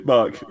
Mark